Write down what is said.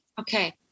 Okay